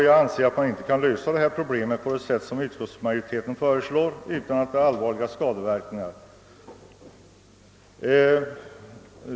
Jag anser att man inte kan lösa detta problem på det sätt som utskottsmajoriteten föreslår, utan att det blir allvarliga skadeverkningar.